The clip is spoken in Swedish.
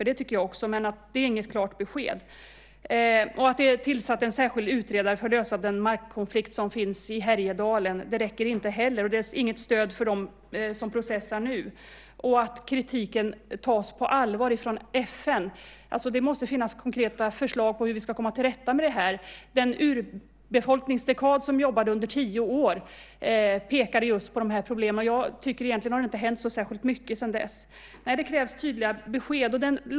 Det tycker jag också, men det är inget klart besked. Att säga att en särskild utredare är tillsatt för att lösa den markkonflikt som finns i Härjedalen räcker inte heller och är inget stöd för dem som nu processar. Vidare heter det att kritiken tas på allvar av FN, men det måste finnas konkreta förslag om hur vi ska komma till rätta med det här. Den urbefolkningsdekad som jobbade i tio år pekade på just de här problemen. Egentligen har inte särskilt mycket hänt sedan dess, tycker jag. Nej, det krävs tydliga besked.